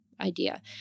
idea